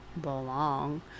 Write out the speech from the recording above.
belong